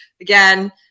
Again